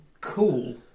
cool